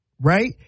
Right